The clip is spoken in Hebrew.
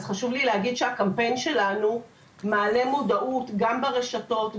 אז חשוב לי להגיד שהקמפיין שלנו מעלה מודעות גם ברשתות,